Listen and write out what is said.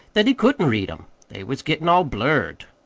that he couldn't read em. they was gettin' all blurred.